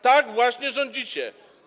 Tak właśnie rządzicie.